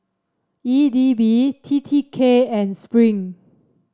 E D B T T K and Spring